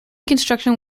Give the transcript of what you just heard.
construction